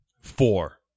four